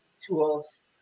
tools